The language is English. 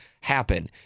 happen